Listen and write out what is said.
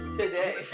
today